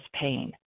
pain